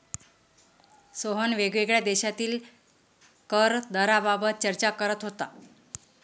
सोहन वेगवेगळ्या देशांतील कर दराबाबत चर्चा करत होता